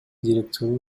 директору